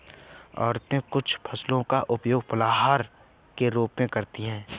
औरतें कुछ फसलों का उपयोग फलाहार के रूप में करते हैं